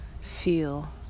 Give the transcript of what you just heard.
Feel